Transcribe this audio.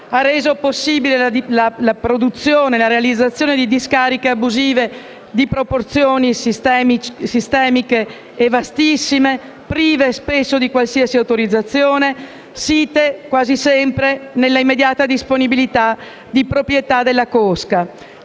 ha reso possibile la realizzazione di discariche abusive di proporzioni sistemiche e vastissime, prive spesso di qualsiasi autorizzazione e quasi sempre nell'immediata disponibilità e proprietà delle cosche.